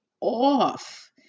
off